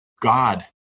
God